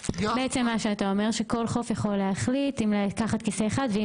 בעצם מה שאתה אומר שכל חוף יכול להחליט אם לקחת כיסא אחד ואם